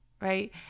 Right